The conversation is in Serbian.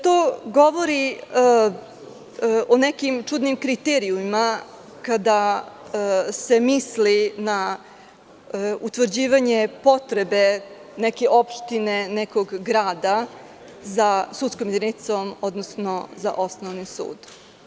To govori o nekim čudnim kriterijumima kada se misli na utvrđivanje potrebe neke opštine, nekog grada za sudskom jedinicom, odnosno za osnovnim sudom.